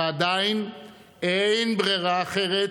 ועדיין אין ברירה אחרת,